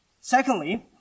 Secondly